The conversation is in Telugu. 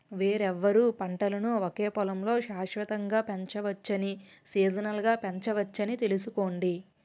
వేర్వేరు పంటలను ఒకే పొలంలో శాశ్వతంగా పెంచవచ్చని, సీజనల్గా పెంచొచ్చని తెలుసుకోండి